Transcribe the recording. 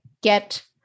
get